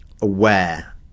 aware